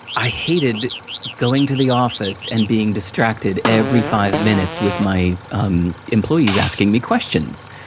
i hated going to the office, and being distracted every five minutes. with my um employees asking me questions.